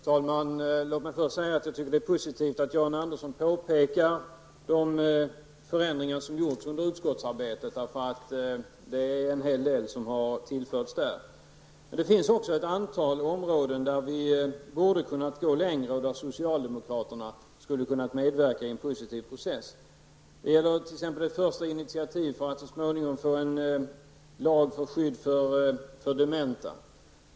Herr talman! Jag tycker att det var positivt att Jan Andersson påpekade de förändringar som har gjorts under utskottsarbetet. En hel del har tillförts. Det finns också några områden där vi borde ha kunnat gå längre och där socialdemokraterna skulle ha kunnat medverka i en positiv process. Det gäller bl.a. det första initiativet för att så småningom få en lag till skydd för dementa.